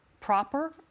proper